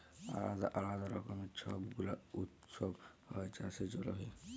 আলদা আলদা রকমের ছব গুলা উৎসব হ্যয় চাষের জনহে